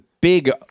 big